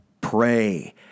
pray